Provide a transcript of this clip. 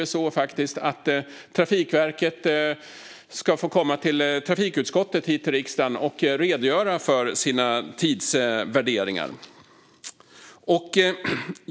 Trafikverket ska nu få komma till trafikutskottet här i riksdagen och redogöra för sina tidsvärderingar.